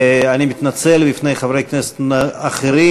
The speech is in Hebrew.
אני מתנצל בפני חברי כנסת אחרים,